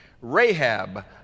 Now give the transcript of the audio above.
Rahab